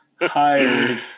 hired